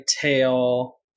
tail